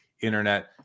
internet